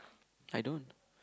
I don't